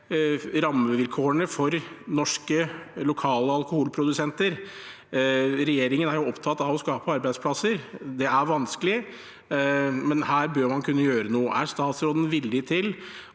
rammevilkårene for norske, lokale alkoholprodusenter: Regjeringen er opptatt av å skape arbeidsplasser. Det er vanskelig, men her bør man kunne gjøre noe. Er statsråden villig til